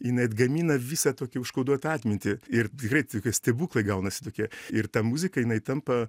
jinai atgamina visą tokią užkoduotą atmintį ir tikrai tokie stebuklai gaunasi tokie ir ta muzika jinai tampa